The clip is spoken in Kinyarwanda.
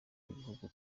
w’igihugu